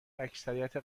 اکثریت